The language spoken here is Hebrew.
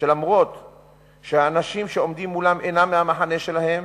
שאף-על-פי שהאנשים שעומדים מולם אינם מהמחנה שלהם,